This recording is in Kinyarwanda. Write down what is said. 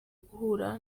guhurira